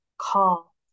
call